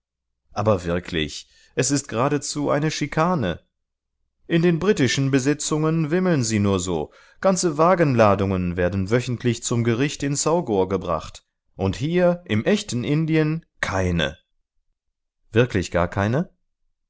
aber wirklich es ist geradezu eine schikane in den britischen besitzungen wimmeln sie nur so ganze wagenladungen werden wöchentlich zum gericht in saugor gebracht und hier im echten indien keine wirklich gar keine